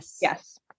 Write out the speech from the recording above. yes